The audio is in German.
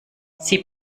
sie